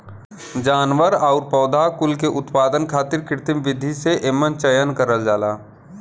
जानवर आउर पौधा कुल के उत्पादन खातिर कृत्रिम विधि से एमन चयन करल जाला